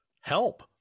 help